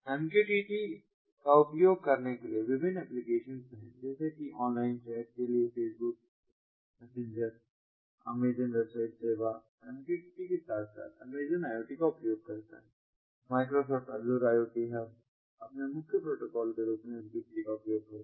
MQTT का उपयोग करने वाले विभिन्न एप्लिकेशन है जैसे किऑनलाइन चैट के लिए फेसबुक मैसेंजर Amazon वेबसाइट सेवा MQTT के साथ Amazon IoT का उपयोग करता है Microsoft Azure IoT हब अपने मुख्य प्रोटोकॉल के रूप में MQTT का उपयोग करता है